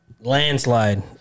Landslide